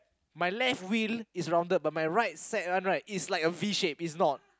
my left wheel is rounded but my right set one right is like a V shape it's not